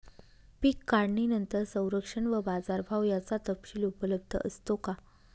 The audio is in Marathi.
पीक काढणीनंतर संरक्षण व बाजारभाव याचा तपशील उपलब्ध असतो का?